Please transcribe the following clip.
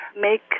make